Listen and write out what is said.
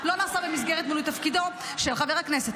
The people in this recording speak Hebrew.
לא נעשה במסגרת מילוי תפקידו של חבר הכנסת.